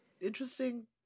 interesting